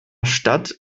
stadt